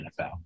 NFL